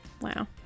Wow